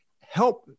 help